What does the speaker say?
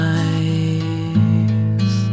eyes